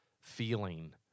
feeling